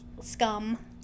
scum